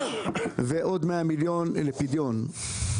ועוד 100 מיליון ₪ לפדיון.